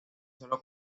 sólo